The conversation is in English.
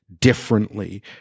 differently